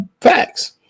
Facts